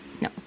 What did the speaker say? No